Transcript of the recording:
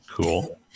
Cool